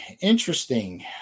interesting